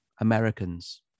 americans